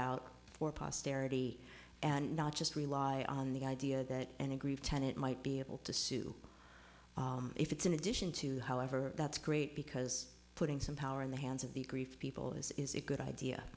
out for posterity and not just rely on the idea that an aggrieved tenet might be able to sue if it's in addition to however that's great because putting some power in the hands of the grief people is is a good idea